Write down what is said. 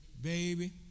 baby